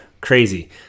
crazy